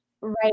right